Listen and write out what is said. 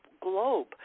globe